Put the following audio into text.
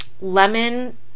lemon